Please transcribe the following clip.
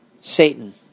Satan